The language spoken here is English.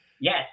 Yes